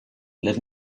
let